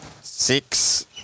six